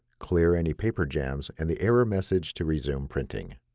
clear any paper jams and the error message to resume printing.